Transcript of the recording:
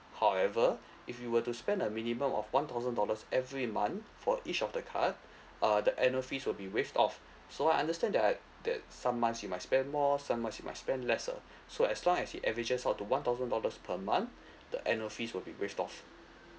however if you will to spend a minimum of one thousand dollars every month for each of the card uh the annual fees will be waived off so I understand there are that some months you might spend more some month you might spend lesser so as long as it averages up to one thousand dollars per month the annual fees will be waived off